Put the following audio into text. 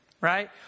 right